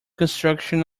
construction